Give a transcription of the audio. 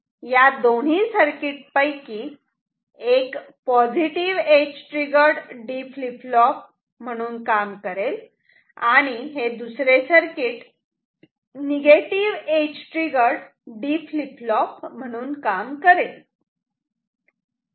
या दोन्ही सर्किट पैकी एक positive edge triggered D flip flop म्हणून काम करेल आणि दुसरे circuit negative edge triggered D flip flop म्हणून काम करेल